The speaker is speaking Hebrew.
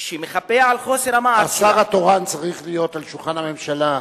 שמחפה על חוסר המעש שלה.